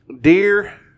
dear